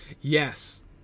yes